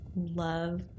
love